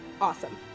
Awesome